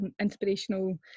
inspirational